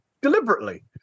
deliberately